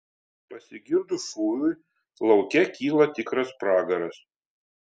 pasigirdus šūviui lauke kyla tikras pragaras